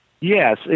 Yes